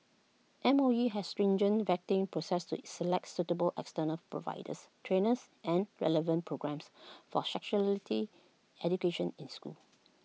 M O E has stringent vetting process to select suitable external providers trainers and relevant programmes for sexuality education in schools